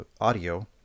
audio